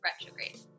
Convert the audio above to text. retrograde